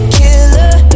killer